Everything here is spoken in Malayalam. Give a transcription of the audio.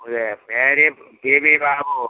ഒരു പേര് ടി വി ബാബു